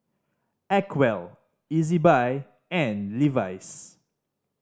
Acwell Ezbuy and Levi's